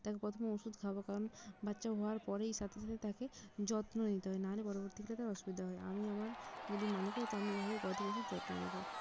তাকে প্রথমে ওষুধ খাওয়াব কারণ বাচ্চা হওয়ার পরেই সাথে সাথে তাকে যত্ন নিতে হয় না হলে পরবর্তীতে তার অসুবিধে হয় আমি আমার যদি মালিক হই তো আমি এভাবেই গবাদি পশুর যত্ন নেব